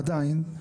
עדיין,